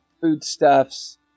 foodstuffs